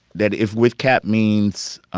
that if with kap means